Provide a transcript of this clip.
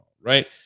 right